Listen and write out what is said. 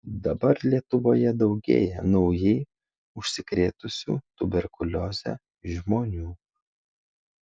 dabar lietuvoje daugėja naujai užsikrėtusių tuberkulioze žmonių